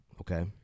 Okay